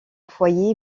foyer